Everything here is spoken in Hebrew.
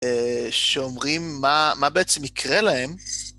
שאומרים מה בעצם יקרה להם.